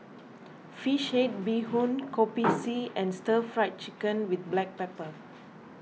Fish Head Bee Hoon Kopi C and Stir Fried Chicken with Black Pepper